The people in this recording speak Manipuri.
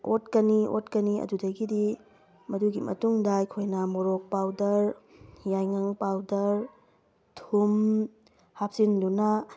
ꯑꯣꯠꯀꯅꯤ ꯑꯣꯠꯀꯅꯤ ꯑꯗꯨꯗꯒꯤꯗꯤ ꯃꯗꯨꯒꯤ ꯃꯇꯨꯡꯗ ꯑꯩꯈꯣꯏꯅ ꯃꯣꯔꯣꯛ ꯄꯥꯎꯗꯔ ꯌꯥꯏꯉꯪ ꯄꯥꯎꯗꯔ ꯊꯨꯝ ꯍꯥꯞꯆꯤꯟꯗꯨꯅ